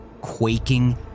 Quaking